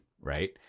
right